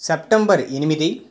September ఎనిమిది